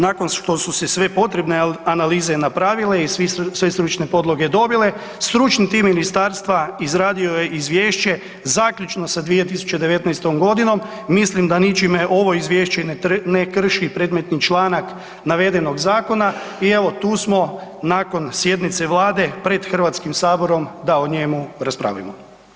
Nakon što su se sve potrebne analize napravile i sve stručne podloge dobile stručni tim ministarstva izradio je izvješće zaključno sa 2019.g., mislim da ničime ovo izvješće ne krši predmetni članak navedenog zakona i evo tu smo nakon sjednice vlade pred HS da o njemu raspravimo.